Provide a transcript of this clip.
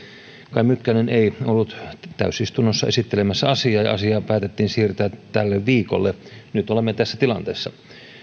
kai mykkänen ei ollut täysistunnossa esittelemässä asiaa ja asia päätettiin siirtää tälle viikolle nyt olemme tässä tilanteessa